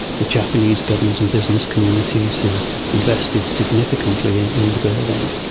the japanese government and business communities who invested significantly in the building.